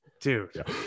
Dude